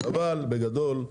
אבל בגדול,